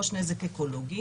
ראש נזק אקולוגי,